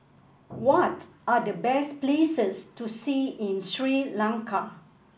what are the best places to see in Sri Lanka